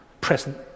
present